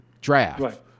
draft